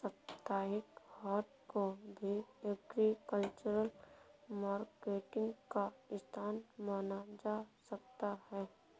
साप्ताहिक हाट को भी एग्रीकल्चरल मार्केटिंग का स्थान माना जा सकता है